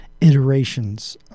iterations